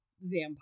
vampire